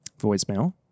voicemail